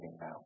now